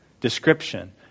description